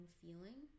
feeling